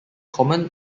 common